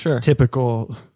typical